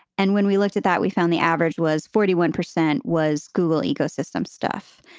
and when we looked at that, we found the average was forty one percent was google ecosystem stuff.